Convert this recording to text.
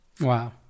Wow